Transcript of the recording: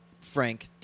Frank